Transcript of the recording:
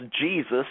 Jesus